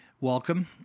Welcome